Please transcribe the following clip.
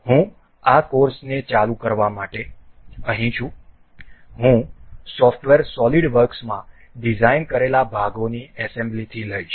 હું આ કોર્સને ચાલુ કરવા માટે અહીં છું હું સોફ્ટવેર સોલિડ વર્ક્સમાં ડિઝાઇન કરેલા ભાગોની એસેમ્બલી થી લઇશ